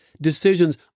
decisions